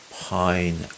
Pine